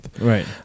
right